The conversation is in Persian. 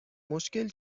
مشکل